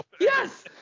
Yes